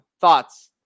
Thoughts